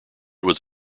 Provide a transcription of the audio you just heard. was